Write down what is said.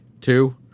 two